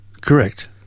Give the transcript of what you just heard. Correct